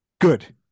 Good